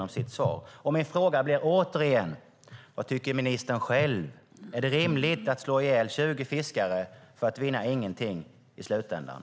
Min fråga blir därför återigen: Vad tycker ministern, är det rimligt att slå ihjäl 20 fiskare för att i slutändan vinna ingenting?